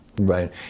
Right